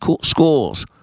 schools